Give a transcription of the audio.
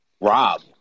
Rob